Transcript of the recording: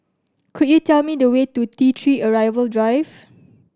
could you tell me the way to T Three Arrival Drive